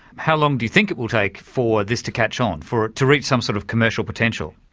how long do you think it will take for this to catch on, for it to reach some sort of commercial potential?